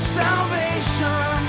salvation